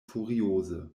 furioze